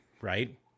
Right